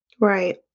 Right